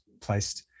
placed